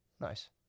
nice